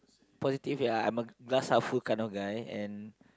positive ya I'm a glass half full kind of guy and